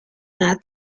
nah